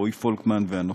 רועי פולקמן ואנוכי.